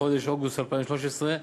בחודש אוגוסט 2013,